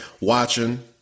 watching